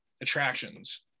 attractions